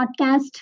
podcast